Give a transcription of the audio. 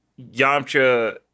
Yamcha